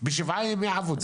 בשבעה ימי עבודה.